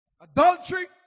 Adultery